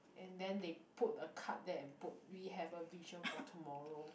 and then they put a card there and put we have a vision for tomorrow